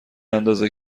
اندازه